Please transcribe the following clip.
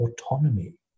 autonomy